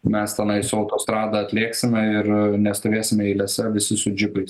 mes tenai su autostrada atlėksime ir nestovėsime eilėse visi su džipais